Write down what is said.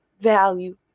value